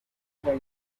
kwanga